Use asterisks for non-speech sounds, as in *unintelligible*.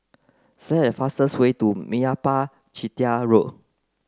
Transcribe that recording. *unintelligible* a fastest way to Meyappa Chettiar Road